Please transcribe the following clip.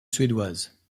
suédoise